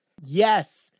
yes